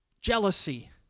Jealousy